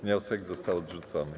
Wniosek został odrzucony.